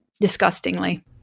disgustingly